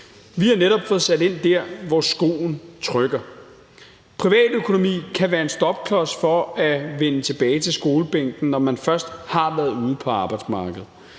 Vi har netop fået sat ind der, hvor skoen trykker. Privatøkonomi kan være en stopklods for at vende tilbage til skolebænken, når man først har været ude på arbejdsmarkedet,